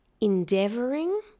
endeavouring